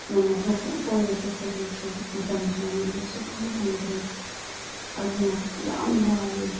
ꯅꯣꯡ ꯃꯥꯗꯣꯛ ꯗꯨꯝ ꯀꯣꯏꯕ ꯆꯠꯄꯒꯤꯁꯨ ꯃꯇꯝꯁꯨ ꯑꯩꯉꯣꯟꯗ ꯁꯨꯡꯐꯪ ꯐꯪꯗ꯭ꯔꯦ ꯑꯗꯨꯅ ꯌꯥꯝ ꯋꯥꯏꯑꯦ